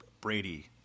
Brady